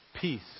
peace